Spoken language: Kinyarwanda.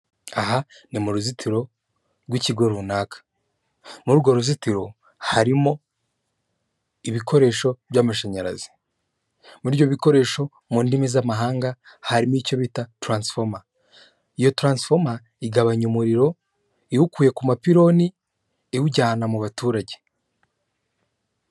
Aha ni mu ruzitiro rw'ikigo runaka. Muri urwo ruzitiro harimo ibikoresho by'amashanyarazi. Muri ibyo bikoresho mu ndimi z'amahanga harimo icyo bita taransifoma. Iyo taransifoma igabanya umuriro iwukuye ku mapironi, iwujyana mu baturage.